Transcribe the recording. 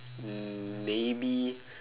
um maybe